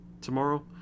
tomorrow